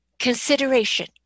consideration